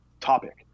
Topic